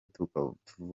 tuvukana